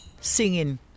singing